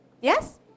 Yes